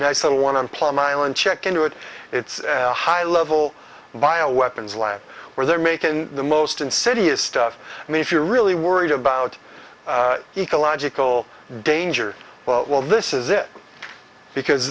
nice little one on plum island check into it it's high level by a weapons lab where there macon the most insidious stuff i mean if you're really worried about ecological danger well this is it because